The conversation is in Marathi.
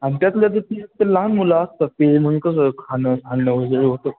आमच्याकडे तशी एकतर लहान मुलं असतात ते म्हणजे कसं खाणं सांडलं वगैरे होतं